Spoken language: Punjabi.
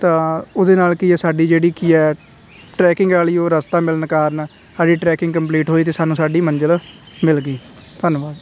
ਤਾਂ ਉਹਦੇ ਨਾਲ ਕੀ ਹੈ ਸਾਡੀ ਜਿਹੜੀ ਕੀ ਹੈ ਟਰੈਕਿੰਗ ਵਾਲੀ ਉਹ ਰਸਤਾ ਮਿਲਣ ਕਾਰਨ ਸਾਡੀ ਟਰੈਕਿੰਗ ਕੰਪਲੀਟ ਹੋਈ ਅਤੇ ਸਾਨੂੰ ਸਾਡੀ ਮੰਜ਼ਿਲ ਮਿਲ ਗਈ ਧੰਨਵਾਦ